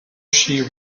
she